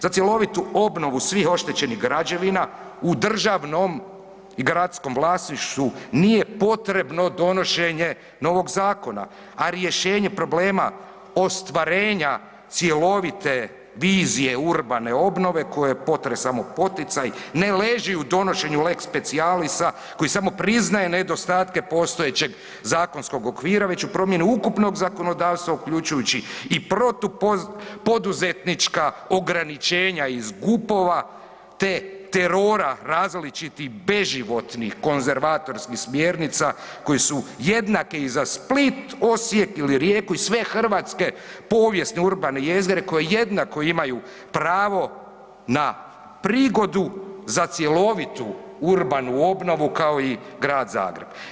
Za cjelovitu obnovu svih oštećenih građevina u državnom i gradskom vlasništvu nije potrebno donošenje novog zakona, a rješenje problema ostvarenja cjelovite vizije urbane obnove kojoj je potres samo poticaj ne leži u donošenju lex specialisa koji samo priznaje nedostatke postojećeg zakonskog okvira već u promjeni ukupnog zakonodavstva uključujući i protupoduzetnička ograničenja iz GUP-ova te terora različitih beživotnih konzervatorskih smjernica koji su jednaki i za Split, Osijek ili Rijeku i sve hrvatske povijesne urbane jezgre koje jednako imaju pravo na prigodu za cjelovitu urbanu obnovu kao i Grad Zagreb.